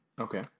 Okay